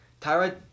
Tyrod